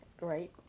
Right